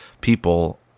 people